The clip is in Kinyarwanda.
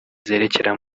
zerekeza